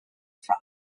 from